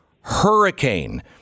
hurricane